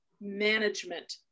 management